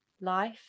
life